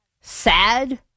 sad